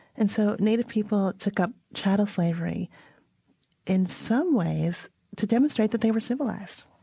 and so native people took up chattel slavery in some ways to demonstrate that they were civilized